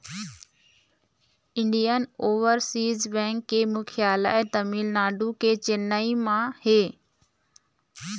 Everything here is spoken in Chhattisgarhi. इंडियन ओवरसीज बेंक के मुख्यालय तमिलनाडु के चेन्नई म हे